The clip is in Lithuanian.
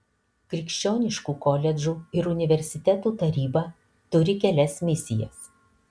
krikščioniškų koledžų ir universitetų taryba turi kelias misijas